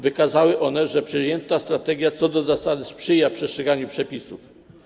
Wykazały one, że przyjęta strategia co do zasady sprzyja przestrzeganiu przepisów.